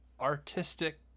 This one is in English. artistic